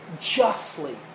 justly